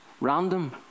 random